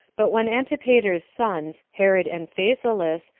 but when antipater's sons, herod and phasaelus,